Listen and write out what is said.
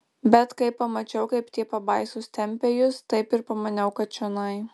bet kai pamačiau kaip tie pabaisos tempia jus taip ir pamaniau kad čionai